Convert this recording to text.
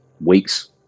weeks